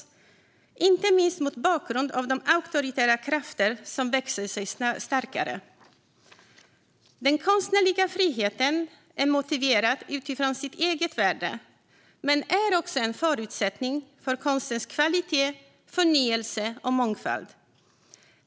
Det gäller inte minst mot bakgrund av de auktoritära krafter som växer sig starkare. Den konstnärliga friheten är motiverad utifrån sitt eget värde, men den är också en förutsättning för konstens kvalitet, förnyelse och mångfald.